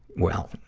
well,